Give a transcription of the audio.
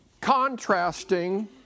contrasting